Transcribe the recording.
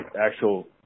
actual